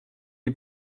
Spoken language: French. est